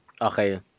Okay